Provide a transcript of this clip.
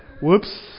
whoops